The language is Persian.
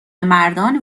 مردان